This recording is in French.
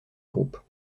groupe